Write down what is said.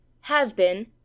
has-been